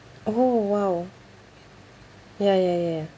oh !wow! ya ya ya